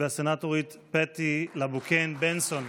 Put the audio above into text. והסנאטורית פאטי לה-בוקן בנסון.